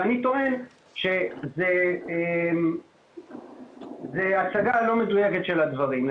ואני טוען שזה הצגה לא מדויקת של הדברים,